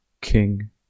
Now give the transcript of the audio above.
king